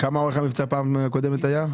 כמה אורך המבצע פעם הקודמת היה?